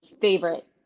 favorite